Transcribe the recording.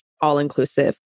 all-inclusive